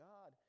God